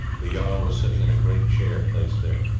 the jarl was sitting in a great chair placed there.